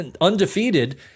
undefeated